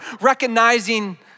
recognizing